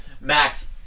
Max